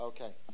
Okay